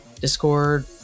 discord